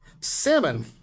Salmon